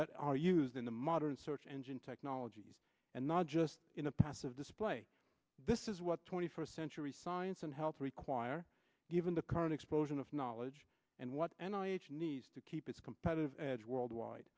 that are used in the modern search engine technologies and not just in a passive display this is what twenty first century science and health require given the current explosion of knowledge and what and i need to keep its competitive edge worldwide